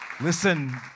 Listen